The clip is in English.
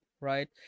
right